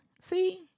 See